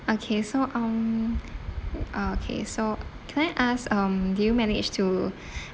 okay so um okay so can I ask um did you manage to